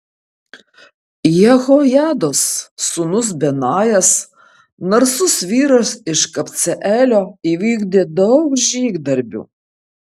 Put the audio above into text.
jehojados sūnus benajas narsus vyras iš kabceelio įvykdė daug žygdarbių